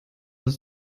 das